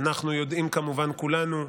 אנחנו יודעים כולנו,